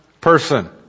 person